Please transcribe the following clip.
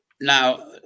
now